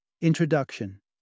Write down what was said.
Introduction